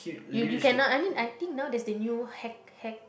you you cannot I mean I think now there's a new hack hack